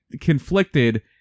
conflicted